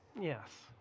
Yes